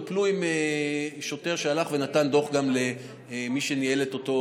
וטופלו עם שוטר שהלך ונתן דוח גם למי שניהל את אותו